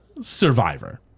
Survivor